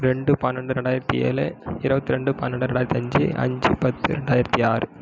ரெண்டு பன்னெண்டு ரெண்டாயிரத்தி ஏழு இருபத்தி ரெண்டு பன்னெண்டு ரெண்டாயிரத்தி அஞ்சு அஞ்சு பத்து ரெண்டாயிரத்தி ஆறு